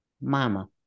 Mama